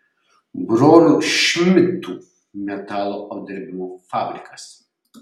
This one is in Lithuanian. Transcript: brolių šmidtų metalo apdirbimo fabrikas